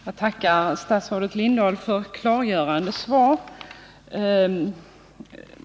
Herr talman! Jag tackar statsrådet Lindahl för ett klargörande svar.